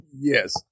Yes